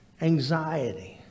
anxiety